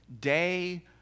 day